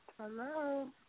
Hello